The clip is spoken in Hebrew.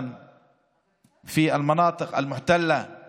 ובייחוד בשטחים הכבושים